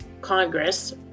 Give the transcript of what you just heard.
congress